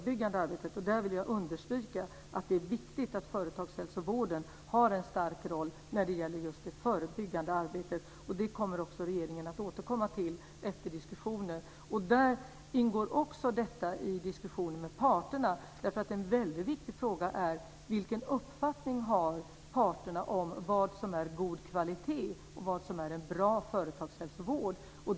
Jag vill understryka att det är viktigt att företagshälsovården har en stark roll när det gäller just det förebyggande arbetet. Det kommer också regeringen att återkomma till efter diskussionen. Det ingår i diskussionen med parterna. En väldigt viktig fråga är vilken uppfattning parterna har om vad som är god kvalitet och vad som är bra företagshälsovård.